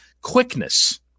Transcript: quickness